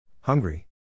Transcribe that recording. Hungry